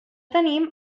tenim